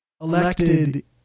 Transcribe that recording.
elected